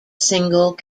single